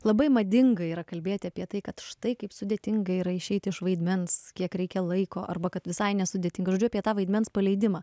labai madinga yra kalbėti apie tai kad štai kaip sudėtinga yra išeiti iš vaidmens kiek reikia laiko arba kad visai nesudėtinga žodžiu apie tą vaidmens paleidimą